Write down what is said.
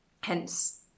hence